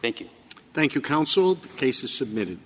thank you thank you counsel lisa submitted